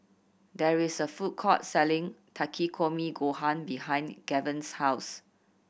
there is a food court selling Takikomi Gohan behind Gaven's house